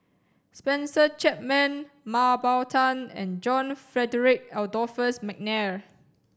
Spencer Chapman Mah Bow Tan and John Frederick Adolphus McNair